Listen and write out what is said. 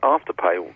Afterpay